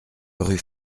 rue